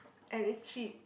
and it's cheap